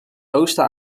oosten